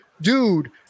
dude